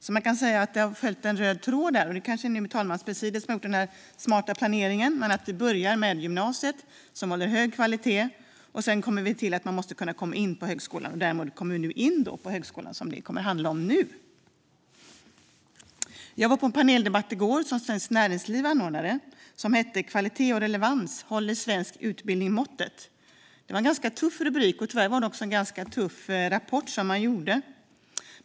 Man kan alltså säga att vi har följt en röd tråd, och det kanske är talmanspresidiet som har stått för den smarta planeringen: Vi började med gymnasiet, som ska hålla hög kvalitet, och sedan kom vi till att man måste kunna komma in på högskolan. Sedan går vi in på just högskolan, som det ska handla om nu. I går var jag på en paneldebatt som Svenskt Näringsliv anordnade och som hade rubriken "Kvalitet och relevans - håller svensk utbildning måttet?". Det var en ganska tuff rubrik, och tyvärr var det en ganska tuff rapport som det handlade om.